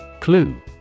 Clue